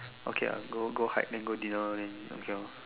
okay lah go go hike then go dinner then okay lor